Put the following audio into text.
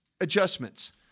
adjustments